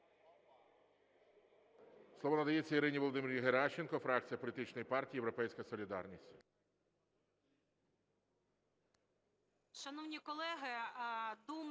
Слово надається Ірині Володимирівні Геращенко, фракція політичної партії "Європейська солідарність".